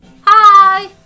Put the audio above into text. hi